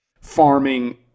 farming